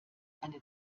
eine